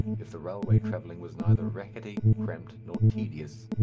if the railway travelling was neither rackety, cramped, nor tedious.